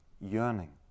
yearning